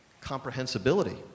comprehensibility